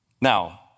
Now